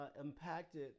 impacted